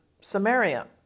Samaria